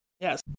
Yes